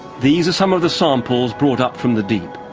these are some of the samples brought up from the deep,